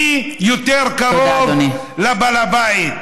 מי יותר קרוב לבעל הבית.